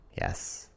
Yes